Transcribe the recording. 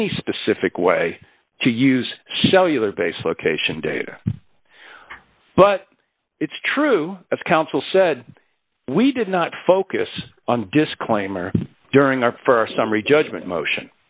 any specific way to use cellular base location data but it's true as counsel said we did not focus on disclaimer during our for summary judgment motion